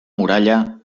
muralla